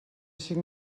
cinc